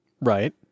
Right